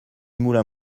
moulin